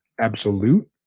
absolute